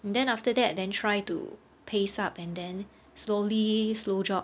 then after that then try to pace up and then slowly slow jog